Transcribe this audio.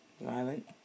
violent